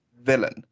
villain